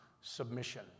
submission